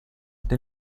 del